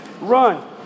Run